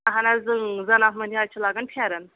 اہن حظ زَنان مٔہنِو حظ چھِ لاگَان پھٮ۪ران